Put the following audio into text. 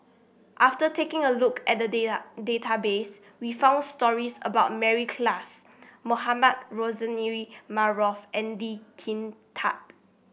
after taking a look at the data database we found stories about Mary Klass Mohamed Rozani Maarof and Lee Kin Tat